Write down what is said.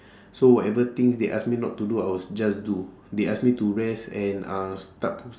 so whatever things they ask me not to do I will just do they ask me to rest and uh start